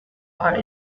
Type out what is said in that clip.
are